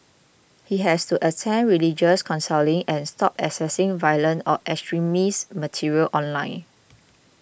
he has to attend religious counselling and stop accessing violent or extremist material online